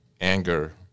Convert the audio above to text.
Anger